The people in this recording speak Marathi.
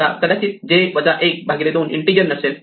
आता कदाचित 2 इंटीजर नसेल